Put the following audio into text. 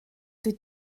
dwyt